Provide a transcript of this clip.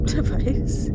Device